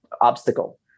obstacle